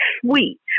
sweet